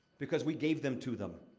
because we gave them to them.